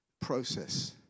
process